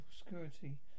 obscurity